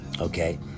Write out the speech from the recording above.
okay